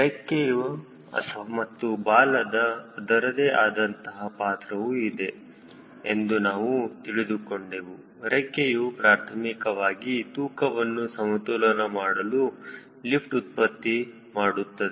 ರೆಕ್ಕಿಯ ಮತ್ತು ಬಾಲದ ಅದರದೇ ಆದಂತಹ ಪಾತ್ರವೂ ಇದೆ ಎಂದು ನಾವು ತಿಳಿದುಕೊಂಡೆವು ರೆಕ್ಕೆಯು ಪ್ರಾರ್ಥಮಿಕವಾಗಿ ತೂಕವನ್ನು ಸಮತೋಲನ ಮಾಡಲು ಲಿಫ್ಟ್ ಉತ್ಪತ್ತಿ ಮಾಡುತ್ತದೆ